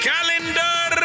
Calendar